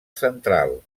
central